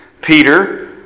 Peter